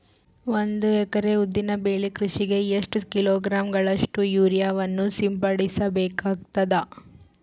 ಒಂದು ಎಕರೆ ಉದ್ದಿನ ಬೆಳೆ ಕೃಷಿಗೆ ಎಷ್ಟು ಕಿಲೋಗ್ರಾಂ ಗಳಷ್ಟು ಯೂರಿಯಾವನ್ನು ಸಿಂಪಡಸ ಬೇಕಾಗತದಾ?